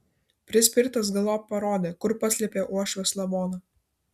prispirtas galop parodė kur paslėpė uošvės lavoną